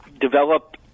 develop